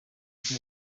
zose